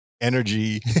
energy